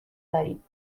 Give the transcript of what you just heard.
داریم